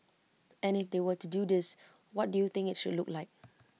and if they were to do this what do you think IT should look like